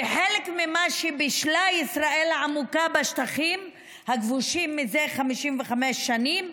וחלק ממה שבישלה ישראל העמוקה בשטחים הכבושים מזה 55 שנים,